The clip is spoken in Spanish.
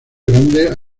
grandes